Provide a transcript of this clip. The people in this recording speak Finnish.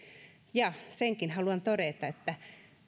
nuorillemme senkin haluan todeta että